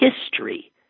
history